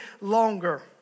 longer